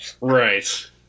right